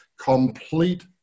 complete